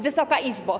Wysoka Izbo!